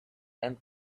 and